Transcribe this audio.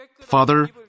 Father